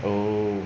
oh